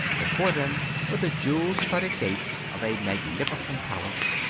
before them were the jewel-studded gates of a magnificent palace,